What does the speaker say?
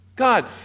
God